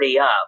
up